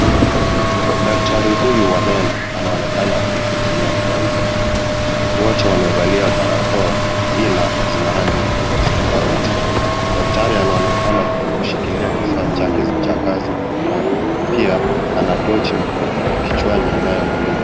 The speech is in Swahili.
Daktari huyu wa meno anaonekana akimhudumia mgonjwa. Wote wamevalia barakoa ila zina rangi tofauti tofauti . Daktari anaonekana kushikilia kifaa chake cha kazi mkononi pia ana tochi kichwani inayomulika.